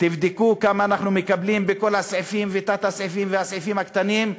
תבדקו כמה אנחנו מקבלים בכל הסעיפים ותת-הסעיפים והסעיפים הקטנים,